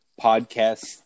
podcast